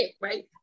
Right